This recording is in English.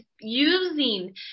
using